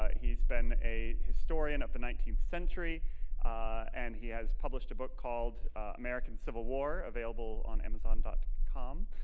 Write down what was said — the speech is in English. ah he's been a historian of the nineteenth century and he has published a book called american civil war available on amazon but com.